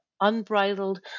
unbridled